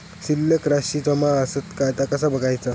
शिल्लक राशी जमा आसत काय ता कसा बगायचा?